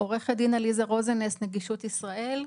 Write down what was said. עורכת דין עליזה רוזנס, נגישות ישראל.